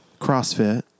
CrossFit